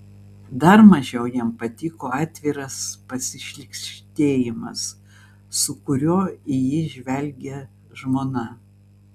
dar mažiau jam patiko atviras pasišlykštėjimas su kuriuo į jį žvelgė žmona